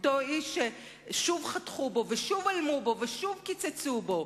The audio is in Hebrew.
אותו איש ששוב חתכו בו ושוב הלמו בו ושוב קיצצו בו,